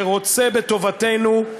שרוצה בטובתנו,